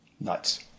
nuts